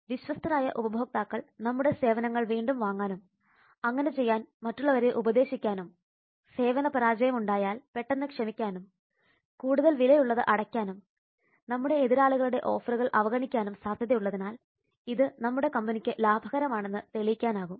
വിശ്വസ്തരായ ഉപഭോക്താക്കൾ നമ്മുടെ സേവനങ്ങൾ വീണ്ടും വാങ്ങാനും അങ്ങനെ ചെയ്യാൻ മറ്റുള്ളവരെ ഉപദേശിക്കാനും സേവന പരാജയം ഉണ്ടായാൽ പെട്ടെന്ന് ക്ഷമിക്കാനും കൂടുതൽ വില ഉള്ളത് അടയ്ക്കാനും നമ്മുടെ എതിരാളികളുടെ ഓഫറുകൾ അവഗണിക്കാനും സാധ്യതയുള്ളതിനാൽ ഇത് നമ്മുടെ കമ്പനിക്ക് ലാഭകരം ആണെന്ന് തെളിയിക്കാൻ ആകും